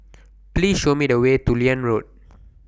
Please Show Me The Way to Liane Road